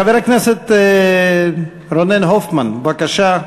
חבר הכנסת רונן הופמן, בבקשה,